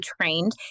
trained